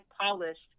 polished